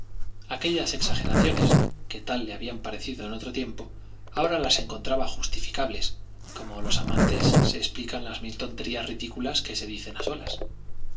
aquellas exageraciones que tal le habían parecido en otro tiempo ahora las encontraba justificables como los amantes se explican las mil tonterías ridículas que se dicen a solas